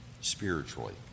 Spiritually